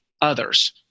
others